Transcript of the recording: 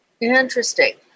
Interesting